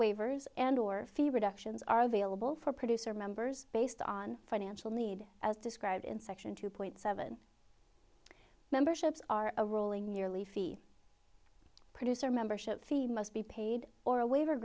waivers and or fee reductions are available for producer members based on financial need as described in section two point seven memberships are a rolling merely fee producer membership fee must be paid or a waiver